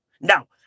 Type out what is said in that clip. Now